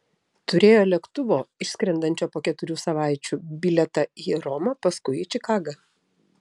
turėjo lėktuvo išskrendančio po keturių savaičių bilietą į romą paskui į čikagą